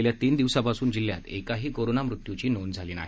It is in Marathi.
गेल्या तीन दिवसांपासून जिल्ह्यात एकाही कोरोनामृत्यूची नोंद झालेली नाही